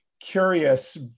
curious